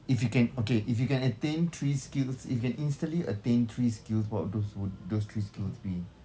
if you can okay if you can attain three skills if you can instantly attain three skills what would those would those three skills be